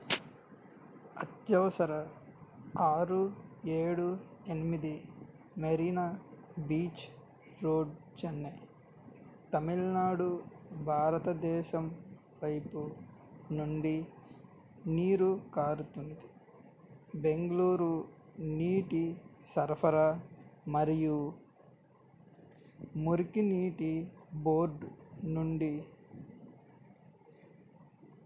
అత్యవసర ఆరు ఏడు ఎనిమిది మెరీనా బీచ్ రోడ్ చెన్నై తమిళ్నాడు భారతదేశం పైపు నుండి నీరు కారుతుంది బెంగ్ళూరు నీటి సరఫరా మరియు మురికినీటి బోర్డ్ నుండి